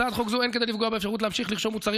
בהצעת חוק זו אין כדי לפגוע באפשרות להמשיך לרשום מוצרים